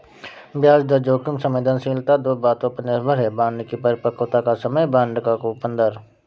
ब्याज दर जोखिम संवेदनशीलता दो बातों पर निर्भर है, बांड की परिपक्वता का समय, बांड की कूपन दर